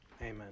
Amen